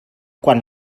quan